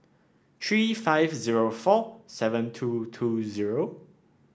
three five zero four seven two two zero